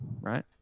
Right